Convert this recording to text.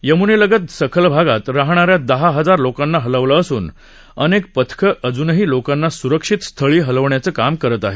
यम्नेलगत सखल भागात राहणा या दहा हजार लोकांना हलवलं असून अनेक पथकं अजूनही लोकांना स्रक्षित स्थळी हलवण्याचं काम करत आहेत